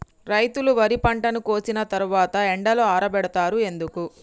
రైతులు వరి పంటను కోసిన తర్వాత ఎండలో ఆరబెడుతరు ఎందుకు?